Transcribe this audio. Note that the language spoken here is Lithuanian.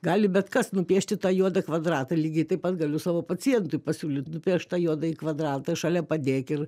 gali bet kas nupiešti tą juodą kvadratą lygiai taip pat galiu savo pacientui pasiūlyt nupiešt tą juodąjį kvadratą šalia padėk ir